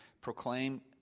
proclaim